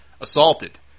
assaulted